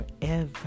forever